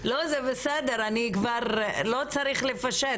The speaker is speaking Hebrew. לא, לא צריך לפשט.